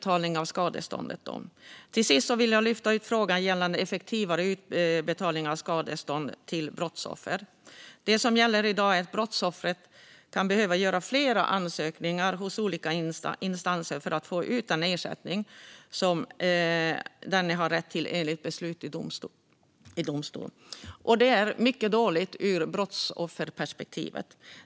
Till sist vill jag lyfta upp frågan gällande effektivare utbetalning av skadestånd till brottsoffer. Det som gäller i dag är att brottsoffret kan behöva göra flera ansökningar hos olika instanser för att få ut den ersättning som denne har rätt till enligt beslut i domstol. Det är mycket dåligt ur brottsofferperspektivet.